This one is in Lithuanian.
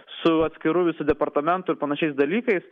su atskiru visu departamentu ir panašiais dalykais